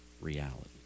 reality